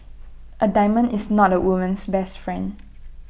A diamond is not A woman's best friend